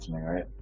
right